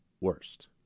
worst